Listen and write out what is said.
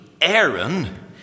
Aaron